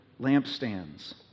lampstands